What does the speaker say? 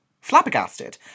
flabbergasted